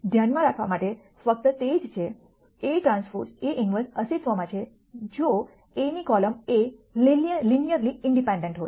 ધ્યાનમાં રાખવા માટે ફક્ત તે જ છે Aᵀ A 1 અસ્તિત્વમાં છે જો A ની કોલમ એ લિનયરલી ઇન્ડિપેન્ડન્ટ હોય